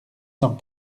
cent